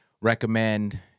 recommend